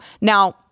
now